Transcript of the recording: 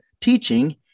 teaching